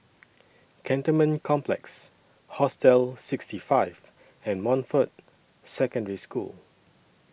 Cantonment Complex Hostel sixty five and Montfort Secondary School